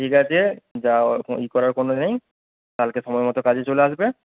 ঠিক আছে যা ইয়ে করার কোনো নেই কালকে সময়মতো কাজে চলে আসবে